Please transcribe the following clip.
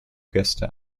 gäste